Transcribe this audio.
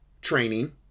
training